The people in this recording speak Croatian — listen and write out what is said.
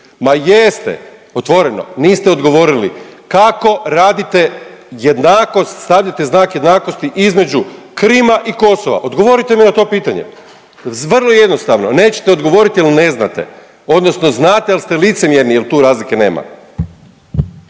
ma jeste, otvoreno, niste odgovorili kako radite jednakost, stavljate znak jednakosti između Krima i Kosova, odgovorite mi na to pitanje, vrlo jednostavno, nećete odgovorit jel ne znate odnosno znate al ste licemjerni jel tu razlike nema.